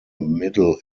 middle